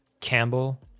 Campbell